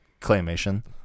claymation